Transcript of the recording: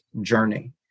journey